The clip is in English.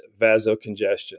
vasocongestion